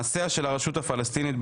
מעשיה של הרשות הפלסטינית,